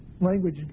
Language